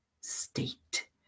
state